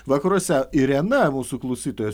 vakaruose irena mūsų klausytoja